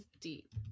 Deep